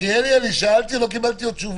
מלכיאלי, אני שאלתי ועוד לא קיבלתי תשובה.